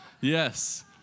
Yes